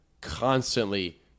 constantly